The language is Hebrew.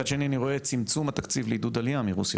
מצד שני אני רואה את צמצום התקציב לעידוד עלייה מרוסיה